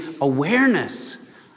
awareness